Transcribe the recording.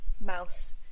mouse